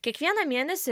kiekvieną mėnesį